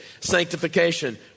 sanctification